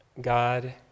God